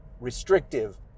restrictive